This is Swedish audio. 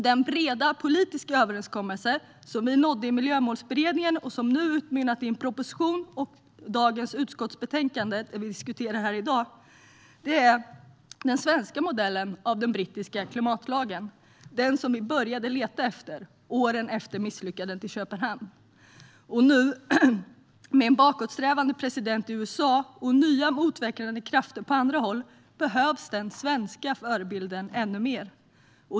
Den breda politiska överenskommelse som vi nådde i Miljömålsberedningen och som nu utmynnat i en proposition och det utskottsbetänkande som vi diskuterar här i dag är den svenska modellen av den brittiska klimatlagen, den som vi började leta efter åren efter misslyckandet i Köpenhamn. Nu, med en bakåtsträvande president i USA och nya motverkande krafter på andra håll, behövs den svenska förebilden ännu mer.